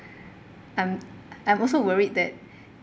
um I'm also worried that